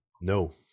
No